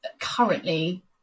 currently